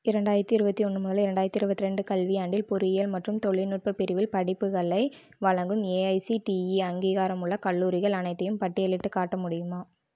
இரண்டாயிரத்தி இருபத்தி ஒன்று முதல் இரண்டாயிரத்தி இருபத்தி ரெண்டு கல்வியாண்டில் பொறியியல் மற்றும் தொழில்நுட்ப பிரிவில் படிப்புகளை வழங்கும் ஏஐசிடிஇ அங்கீகாரமுள்ள கல்லூரிகள் அனைத்தையும் பட்டியலிட்டு காட்ட முடியுமா